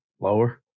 Lower